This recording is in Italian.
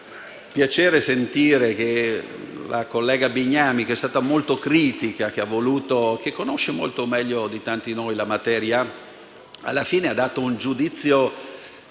piacere sentire che la collega Bignami, che è stata molto critica e che conosce molto meglio di tanti di noi la materia, alla fine abbia dato un giudizio